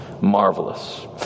Marvelous